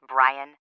Brian